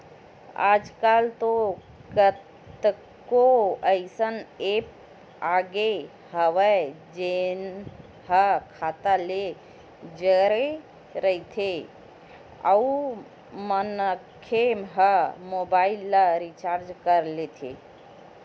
आजकल तो कतको अइसन ऐप आगे हवय जेन ह खाता ले जड़े रहिथे अउ मनखे ह मोबाईल ल रिचार्ज कर लेथे